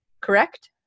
correct